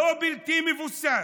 לא בלתי מבוסס,